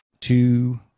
Two